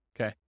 Okay